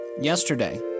Yesterday